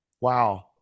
wow